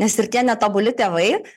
nes ir tie netobuli tėvai